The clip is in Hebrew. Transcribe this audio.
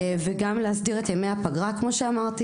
וגם להסדיר את ימי הפגרה כמו שאמרתי.